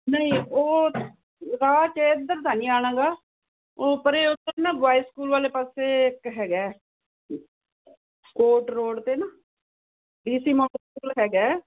ਨਹੀਂ ਉਹ ਇਧਰ ਤਾ ਦਾ ਨੀ ਆਣਾਗਾ ਓ ਪਰੇ ਹਾਈ ਸਕੂਲ ਵਾਲੇ ਪਾਸੇ ਇੱਕ ਹੈਗਾ ਕੋਟ ਰੋਡ ਤੇ ਨਾ ਹੈਗਾ